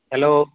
hello